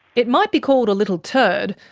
it might be called a little turd,